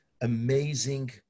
amazing